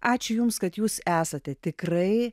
ačiū jums kad jūs esate tikrai